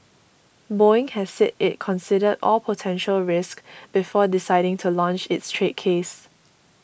Boeing has said it considered all potential risks before deciding to launch its trade case